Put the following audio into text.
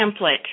template